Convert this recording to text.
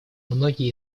многие